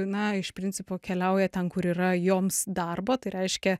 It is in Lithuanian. na iš principo keliauja ten kur yra joms darbo tai reiškia